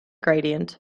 gradient